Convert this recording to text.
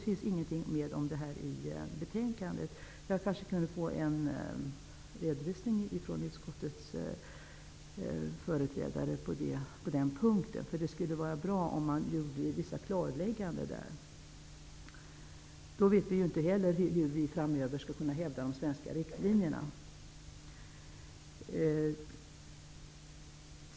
Det står ingenting i utrikesutskottets betänkande om detta. Jag kanske kan få en redovisning från utskottets företrädare på den punkten. Det skulle vara bra om det gjordes vissa klarlägganden. Vi vet ju inte hur vi framöver skall kunna hävda de svenska riktlinjerna.